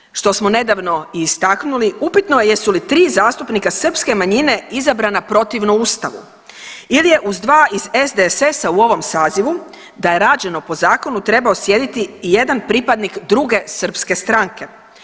Nadalje, što smo nedavno i istaknuli upitno je jesu li tri zastupnika srpske manjine izabrana protivno Ustavu ili je uz 2 iz SDSS-a u ovom sazivu da je rađeno po zakonu trebao sjediti i jedan pripadnik druge srpske stranke.